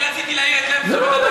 אני רציתי להעיר, זה לא הולך